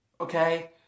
okay